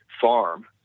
farm